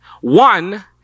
One